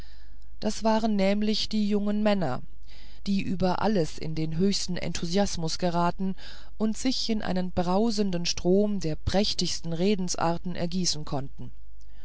das waren nämlich die jungen männer die über alles in den höchsten enthusiasmus geraten und sich in einen brausenden strom der prächtigsten redensarten ergießen konnten